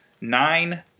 nine